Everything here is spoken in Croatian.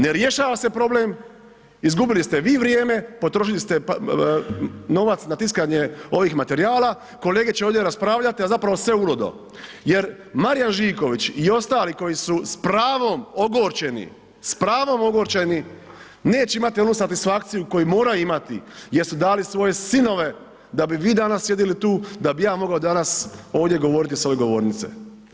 Ne rješava se problem, izgubili ste vi vrijeme, potrošili ste novac na tiskanje ovih materijala, kolege će ovdje raspravljati, a zapravo sve uludo, jer Marijan Živković i ostali koji su s pravom ogorčeni, s pravom ogorčeni neće imati onu satisfakciju koju moraju imati jer su dali svoje sinove da bi vi danas sjedili tu, da bi ja danas mogao ovdje govoriti s ove govornice.